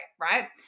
Right